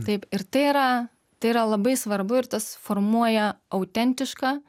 taip ir tai yra tai yra labai svarbu ir tas formuoja autentišką